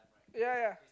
ya ya